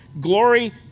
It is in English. glory